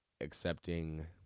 accepting